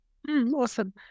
Awesome